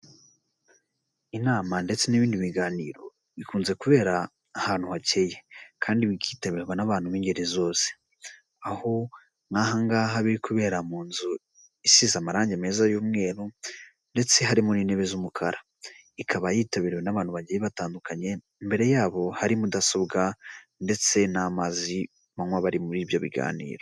Inama ndetse n'ibindi biganiro bikunze kubera ahantu hakeye kandi bikitabirwa n'abantu b'ingeri zose, aho nk'aha ngaha birikubera mu nzu isize amarangi meza y'umweru ndetse harimo n'intebe z'umukara, ikaba yitabiriwe n'abantu bagiye batandukanye, imbere yabo hari mudasobwa ndetse n'amazi banywa bari muri ibyo biganiro.